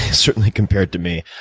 ah certainly, compared to me.